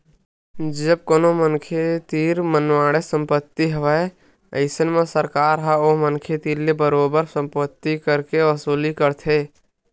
जब कोनो मनखे तीर मनमाड़े संपत्ति हवय अइसन म सरकार ह ओ मनखे तीर ले बरोबर संपत्ति कर के वसूली करथे